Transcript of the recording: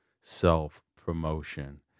self-promotion